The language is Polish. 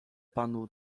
panu